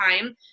time